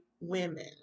women